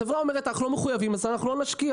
החברה אומרת שהיא לא מחויבת ולכן היא לא תשקיע.